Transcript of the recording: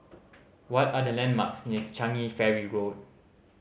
what are the landmarks near Changi Ferry Road